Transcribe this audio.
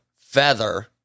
feather